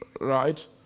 Right